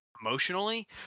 emotionally